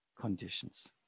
conditions